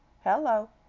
Hello